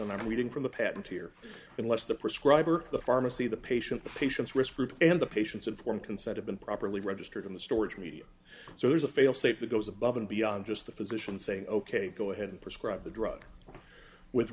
and i'm reading from the patent here unless the prescribe or the pharmacy the patient the patient's risk and the patient's informed consent have been properly registered in the storage media so there's a failsafe that goes above and beyond just the physician saying ok go ahead and prescribe the drug with